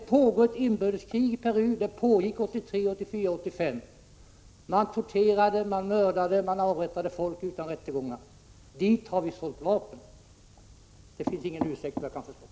Det pågår ett inbördeskrig i Peru, och det pågick även 1983, 1984 och 1985. Man torterade, mördade och avrättade folk utan rättegångar. Dit har vi sålt vapen. Det finns ingen ursäkt, såvitt jag kan förstå.